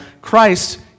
Christ